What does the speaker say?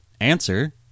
answer